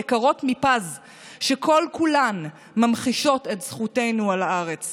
כמובן שאני מברכת על המהלך החשוב הזה.